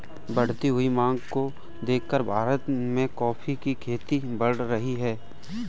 बढ़ती हुई मांग को देखकर भारत में कॉफी की खेती बढ़ रही है